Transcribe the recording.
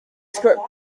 script